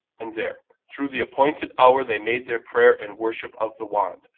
and there through the appointed hour they made their prayer and worship of the wand,